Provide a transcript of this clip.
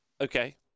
Okay